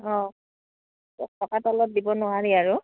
অঁ দছ টকাৰ তলত দিব নোৱাৰি আৰু